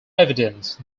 evidence